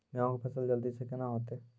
गेहूँ के फसल जल्दी से के ना होते?